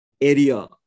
area